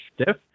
stiff